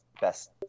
best